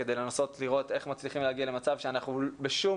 כדי לנסות לראות איך אנחנו מגיעים למצב שאנחנו בשום